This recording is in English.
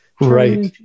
right